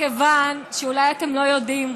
מכיוון שאולי אתם לא יודעים,